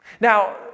Now